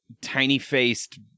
tiny-faced